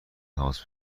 تماس